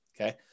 okay